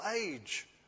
age